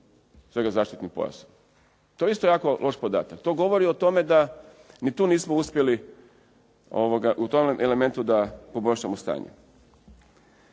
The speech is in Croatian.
svega zaštitnim pojasom. To je isto jako loš podatak. To govori o tome da ni tu nismo uspjeti u tom elementu da poboljšamo stanje.